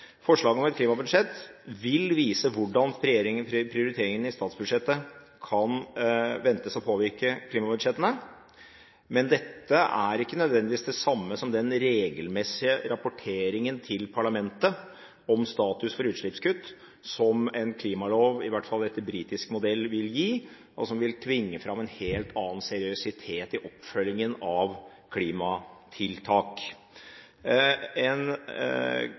Forslaget om et klimabudsjett vil vise hvordan regjeringens prioriteringer i statsbudsjettet kan ventes å påvirke klimabudsjettene, men dette er ikke nødvendigvis det samme som den regelmessige rapporteringen til parlamentet om status for utslippskutt som en klimalov – i hvert fall etter britisk modell – vil gi, og som vil tvinge fram en helt annen seriøsitet i oppfølgingen av klimatiltak.